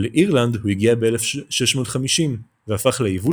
אל אירלנד הוא הגיע ב-1650 והפך ליבול